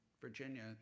Virginia